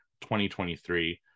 2023